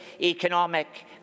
economic